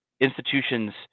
institutions